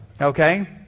okay